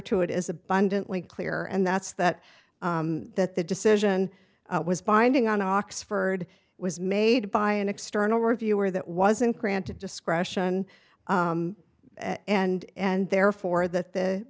to it is abundantly clear and that's that that the decision was binding on oxford was made by an external reviewer that wasn't granted discretion and and therefore that the